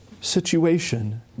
situation